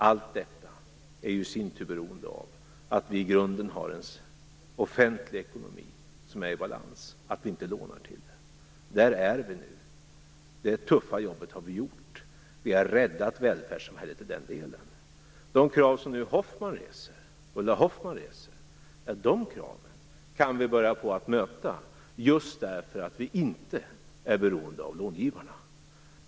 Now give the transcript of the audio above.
Allt detta är i sin tur beroende av att vi i grunden har en offentlig ekonomi som är i balans, att vi inte lånar till det. Där är vi nu. Det tuffa jobbet har vi gjort. Vi har räddat välfärdssamhället i den delen. De krav som Ulla Hoffmann nu reser kan vi börja möta, just därför att vi inte är beroende av långivarna.